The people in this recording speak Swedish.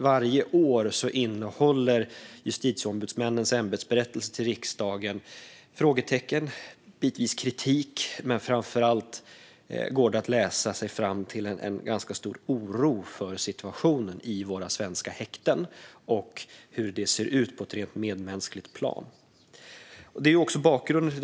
Varje år innehåller justitieombudsmännens ämbetsberättelse till riksdagen frågetecken och bitvis kritik. Men det går framför allt att läsa sig till att det finns en ganska stor oro över situationen i våra svenska häkten och hur det ser ut på ett medmänskligt plan. Det är bakgrunden.